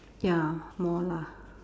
ya more lah